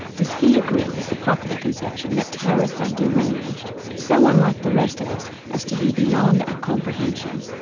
does he agree with the popular conception that terrorists are deranged so unlike the rest of us as to be beyond our comprehension?